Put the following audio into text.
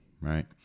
right